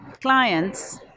clients